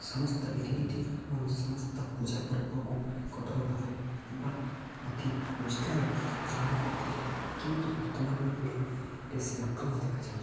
ସମସ୍ତ ରୀତିନୀତି ଏବଂ ସମସ୍ତ ପୂଜା ପର୍ବକୁ କଠୋର ଭାବରେ ବା ଅତି ନିିଷ୍ଠାରେ ପାଳନ କରୁଥିଲେ କିନ୍ତୁ ବର୍ତ୍ତମାନର ପିଢ଼ିରେ ସେ ଆଗ୍ରହ ଦେଖାଯାଉନାହିଁ